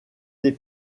des